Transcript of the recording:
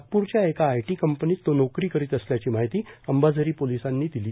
नागपूरच्या एका आयटी कंपनीत तो नोकरी करीत असल्याची माहिती अंबाझरी पोलिसांनी दिली